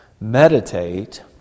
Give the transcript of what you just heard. meditate